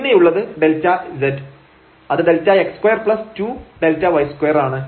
പിന്നെയുള്ളത് Δz അത് Δx22Δy2 ആണ്